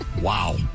Wow